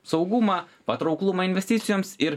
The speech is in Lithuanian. saugumą patrauklumą investicijoms ir